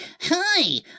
Hi